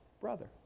brother